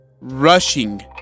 rushing